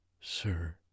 Sir